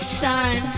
sun